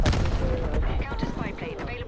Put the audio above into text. packet ಹ ಹಾಂ